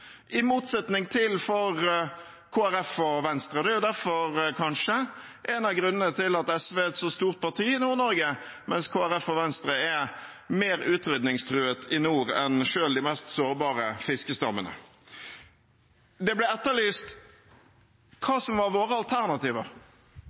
i motsetning til for Kristelig Folkeparti og Venstre, og det er kanskje en av grunnene til at SV er et så stort parti i Nord-Norge, mens Kristelig Folkeparti og Venstre er mer utrydningstruet i nord enn selv de mest sårbare fiskestammene. Det ble etterlyst